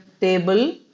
table